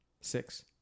Six